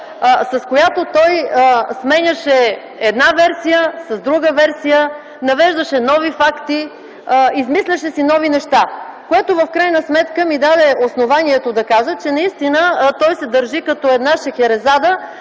с която той сменяше една версия с друга, навеждаше нови факти, измисляше си нови неща, това в крайна сметка ми даде основанието да кажа, че той се държи като една Шехерезада,